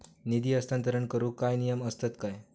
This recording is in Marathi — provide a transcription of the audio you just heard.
निधी हस्तांतरण करूक काय नियम असतत काय?